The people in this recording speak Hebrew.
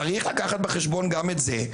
צריך לקחת בחשבון גם את זה.